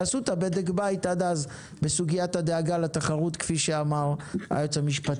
תעשו את הבדק בית עד אז בסוגיית הדאגה לתחרות כפי שאמר היועץ המשפטי.